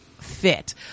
fit